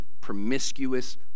promiscuous